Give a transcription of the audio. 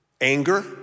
anger